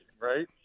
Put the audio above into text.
right